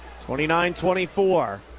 29-24